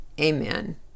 Amen